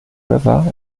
river